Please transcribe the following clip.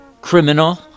criminal